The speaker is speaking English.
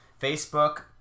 Facebook